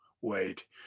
wait